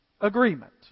agreement